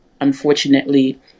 unfortunately